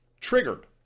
Triggered